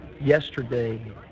Yesterday